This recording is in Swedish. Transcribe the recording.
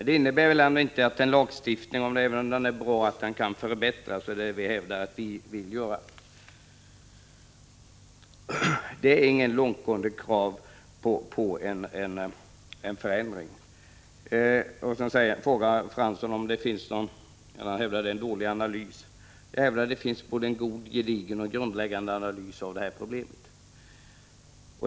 Det innebär emellertid inte att lagstiftningen, även om den är bra, inte kan förbättras, och det är vad vi vill åstadkomma. Det handlar inte om några långtgående krav på förändringar. Jan Fransson hävdar att den analys som har gjorts är dålig. Jag påstår att det finns en god, gedigen och grundläggande analys av problemet.